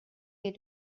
your